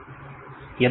संपूर्ण पंक्ति